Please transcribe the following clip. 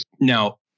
Now